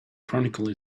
chronicle